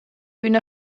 üna